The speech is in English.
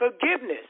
Forgiveness